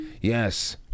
Yes